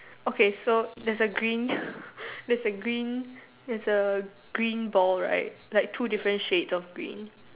okay so there's a green there's a green there's a green ball right like two different shades of green